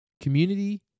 Community